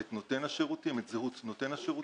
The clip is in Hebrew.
את נותן השירותים, את זהות נותן השירותים